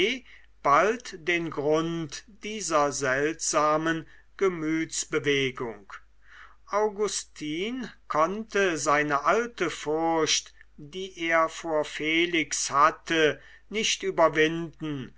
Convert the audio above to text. bald den grund dieser seltsamen gemütsbewegung augustin konnte seine alte furcht die er vor felix hatte nicht überwinden